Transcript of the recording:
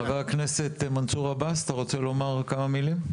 חבר הכנסת מנסור עבאס, אתה רוצה להגיד כמה מילים?